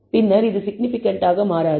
பின்னர் இது சிக்னிபிகன்ட்டாக மாறாது